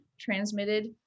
transmitted